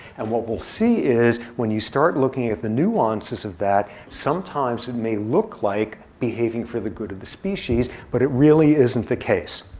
and what we'll see is, when you start looking at the nuances of that, sometimes it may look like behaving for the good of the species. but it really isn't the case.